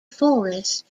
forest